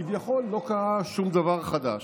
כביכול לא קרה שום דבר חדש,